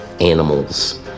animals